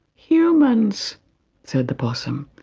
humans said the possum,